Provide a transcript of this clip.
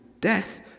death